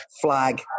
flag